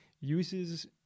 uses